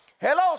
hello